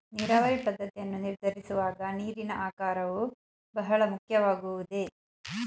ನೀರಾವರಿ ಪದ್ದತಿಯನ್ನು ನಿರ್ಧರಿಸುವಾಗ ನೀರಿನ ಆಕಾರವು ಬಹಳ ಮುಖ್ಯವಾಗುವುದೇ?